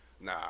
Nah